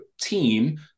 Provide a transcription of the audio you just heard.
team